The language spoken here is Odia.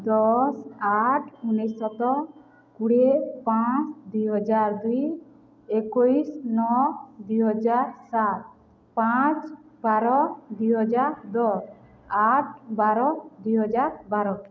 ଦଶ ଆଠ ଅନେଶ୍ୱତ କୁଡ଼ିଏ ପାଞ୍ଚ ଦୁଇ ହଜାର ଦୁଇ ଏକୋଇଶ ନଅ ଦୁଇ ହଜାର ସାତ ପାଞ୍ଚ ବାର ଦୁଇ ହଜାର ଦଶ ଆଠ ବାର ଦୁଇ ହଜାର ବାର